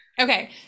Okay